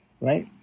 right